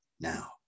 now